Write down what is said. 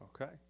Okay